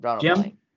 Jim